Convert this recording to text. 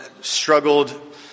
struggled